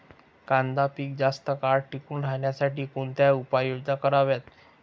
कांदा पीक जास्त काळ टिकून राहण्यासाठी कोणत्या उपाययोजना कराव्यात?